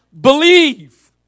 believe